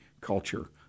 culture